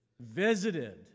visited